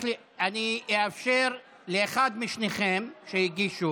אחרי התוצאות אני אאפשר לעלות להגיב לאחד משניכם שהגיש,